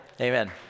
amen